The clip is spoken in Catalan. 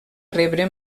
rebre